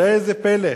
ראה זה פלא,